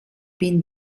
been